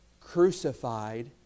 crucified